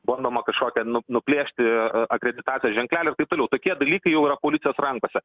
bandoma kažkokią nu nuplėšti akreditacijos ženklelį ir taip toliau tokie dalykai jau yra policijos rankose